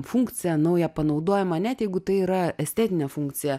funkciją naują panaudojimą net jeigu tai yra estetinė funkcija